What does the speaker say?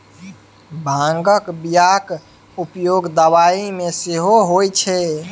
भांगक बियाक उपयोग दबाई मे सेहो होए छै